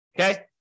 Okay